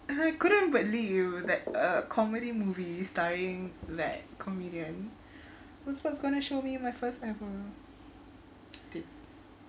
I couldn't believe that a comedy movies staring that comedian was was going to show me my first ever dick